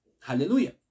Hallelujah